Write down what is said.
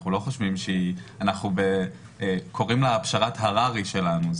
אנחנו קוראים לה הבשלת הררי שלנו.